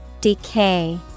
decay